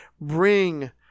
bring